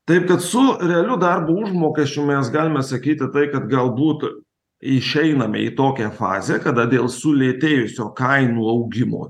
taip kad su realiu darbo užmokesčiu mes galime sakyti tai kad galbūt išeiname į tokią fazę kada dėl sulėtėjusio kainų augimo